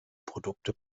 produkte